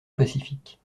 pacifique